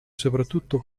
soprattutto